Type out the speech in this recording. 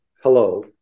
hello